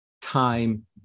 time